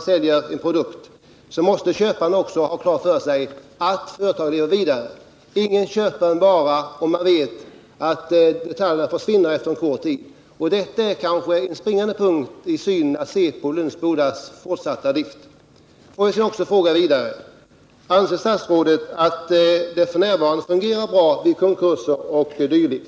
säljer en produkt så måste köparen också ha klart för sig att företaget lever vidare. Ingen köper en vara om man vet att detaljerna till den försvinner efter kort tid. Och det är kanske en springande punkt när det gäller att se på fortsatt drift i Lönsboda. Jag vill sedan fråga: Anser statsrådet att det f. n. fungerar bra vid konkurser 0. d.?